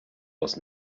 was